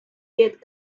yet